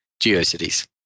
GeoCities